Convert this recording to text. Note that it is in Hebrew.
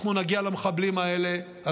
אנחנו נגיע למחבלים האלה.